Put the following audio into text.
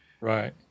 Right